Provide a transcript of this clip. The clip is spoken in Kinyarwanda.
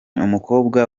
umukobwa